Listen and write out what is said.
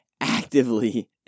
actively